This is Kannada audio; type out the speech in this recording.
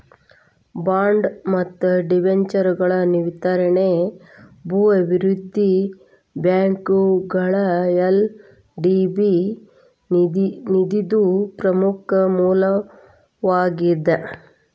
ಬಾಂಡ್ ಮತ್ತ ಡಿಬೆಂಚರ್ಗಳ ವಿತರಣಿ ಭೂ ಅಭಿವೃದ್ಧಿ ಬ್ಯಾಂಕ್ಗ ಎಲ್.ಡಿ.ಬಿ ನಿಧಿದು ಪ್ರಮುಖ ಮೂಲವಾಗೇದ